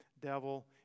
devil